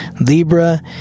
Libra